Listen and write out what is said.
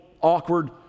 awkward